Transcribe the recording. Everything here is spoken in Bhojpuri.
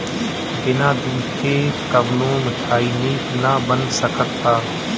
बिना दूध के कवनो मिठाई निक ना बन सकत हअ